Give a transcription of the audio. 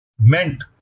meant